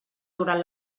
durant